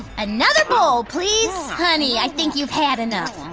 another bowl, please. honey, i think you've had enough.